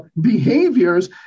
behaviors